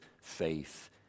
faith